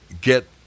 get